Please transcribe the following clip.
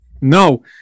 No